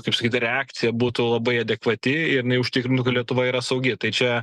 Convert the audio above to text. kaip sakyt reakcija būtų labai adekvati ir jinai užtikrintų kad lietuva yra saugi tai čia